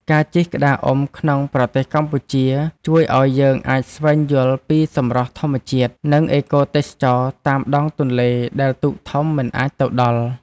ការជិះក្តារអុំក្នុងប្រទេសកម្ពុជា ជួយឱ្យយើងអាចស្វែងយល់ពីសម្រស់ធម្មជាតិ និងអេកូទេសចរណ៍តាមដងទន្លេដែលទូកធំមិនអាចទៅដល់។